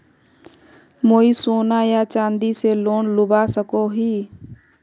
मुई सोना या चाँदी से लोन लुबा सकोहो ही?